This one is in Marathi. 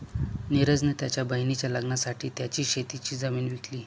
निरज ने त्याच्या बहिणीच्या लग्नासाठी त्याची शेतीची जमीन विकली